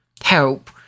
help